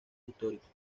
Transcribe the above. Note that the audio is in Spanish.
históricos